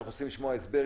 אנחנו רוצים לשמוע הסבר.